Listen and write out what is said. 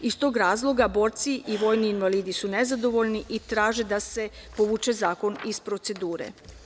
Iz tog razloga borci i vojni invalidi su nezadovoljni i traže da se povuče zakon iz procedure.